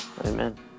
Amen